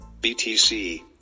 BTC